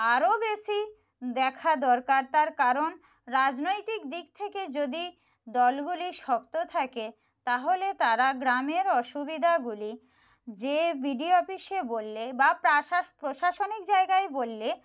আরও বেশি দেখা দরকার তার কারণ রাজনৈতিক দিক থেকে যদি দলগুলি শক্ত থাকে তাহলে তারা গ্রামের অসুবিধাগুলি যেয়ে বিডি অফিসে বললে বা প্রাশা প্রশাসনিক জায়গায় বললে